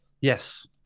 Yes